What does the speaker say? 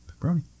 Pepperoni